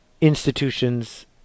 institutions